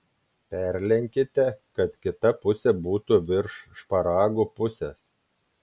perlenkite kad kita pusė būtų virš šparagų pusės